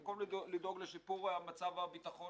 במקום לדאוג לשיפור המצב הביטחוני